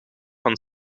van